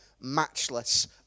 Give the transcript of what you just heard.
matchless